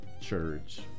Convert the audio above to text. church